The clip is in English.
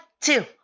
two